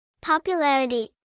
Popularity